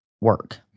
work